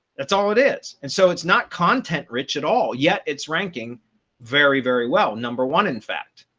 that's all it is. and so it's not content rich at all. yet, it's ranking very, very well. number one, in fact,